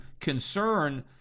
concern